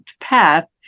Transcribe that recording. path